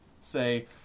say